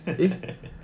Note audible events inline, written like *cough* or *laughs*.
*laughs*